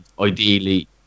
ideally